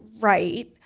Right